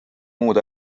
muud